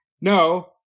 no